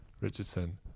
Richardson